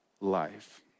life